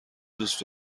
دوست